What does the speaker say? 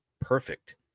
perfect